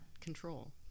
control